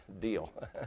deal